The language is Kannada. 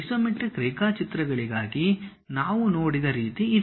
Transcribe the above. ಐಸೊಮೆಟ್ರಿಕ್ ರೇಖಾಚಿತ್ರಗಳಿಗಾಗಿ ನಾವು ನೋಡಿದ ರೀತಿ ಇದು